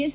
S